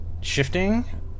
shifting